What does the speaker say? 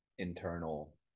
internal